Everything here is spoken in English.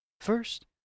First